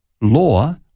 law